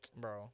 Bro